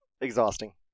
exhausting